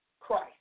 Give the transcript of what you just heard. Christ